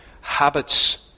Habits